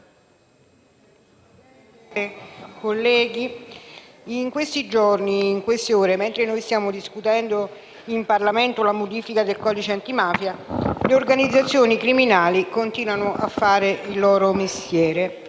Presidente, colleghi, in questi giorni, in queste ore, mentre noi stiamo discutendo in Parlamento la modifica del codice antimafia, le organizzazioni criminali continuano a fare il loro mestiere